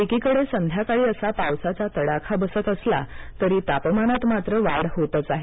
एकीकडे संध्याकाळी असा पावसाचा तडाखा बसत असला तरी तापमानात मात्र वाढ होतेच आहे